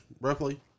roughly